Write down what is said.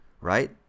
right